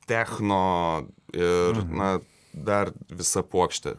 techno ir na dar visa puokštė